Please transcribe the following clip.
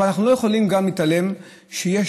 אבל אנחנו לא יכולים גם להתעלם מזה שיש